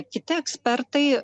kiti ekspertai